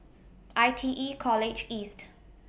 I T E College East